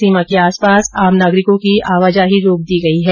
सीमा के आस पास आम नागरिकों की आवाजाही रोक दी गयी है